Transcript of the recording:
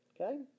Okay